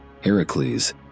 Heracles